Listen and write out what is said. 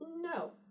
No